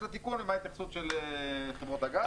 לתיקון ומה ההתייחסות של חברות הגז.